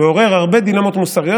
זה מעורר הרבה דילמות מוסריות,